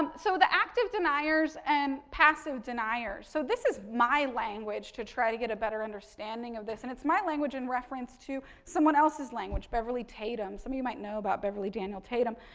so, the active deniers and passive deniers. so, this is my language to try to get a better understanding of this. and, it's my language in reference to someone else's language, beverly tatum's. some of you might know about beverly daniel tatum.